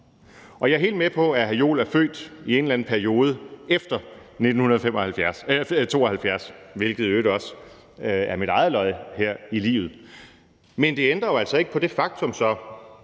jeg er helt med på, at hr. Jens Joel er født i en eller anden periode efter 1972, hvilket i øvrigt også er mit eget lod her i livet. Men det ændrer jo altså ikke på det faktum,